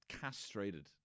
castrated